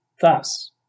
Thus